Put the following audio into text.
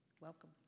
Welcome